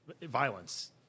violence